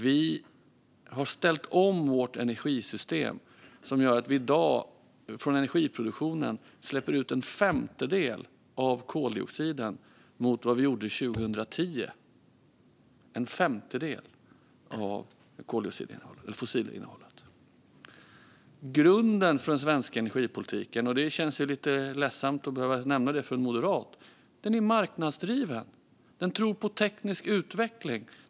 Vi har ställt om vårt energisystem, så att vi i dag i energiproduktionen släpper ut en femtedel av koldioxiden och en femtedel av fossilinnehållet jämfört med vad vi gjorde 2010. Grunden för den svenska energipolitiken - det känns lite ledsamt att behöva nämna det för en moderat - är att den är marknadsdriven. Den tror på teknisk utveckling.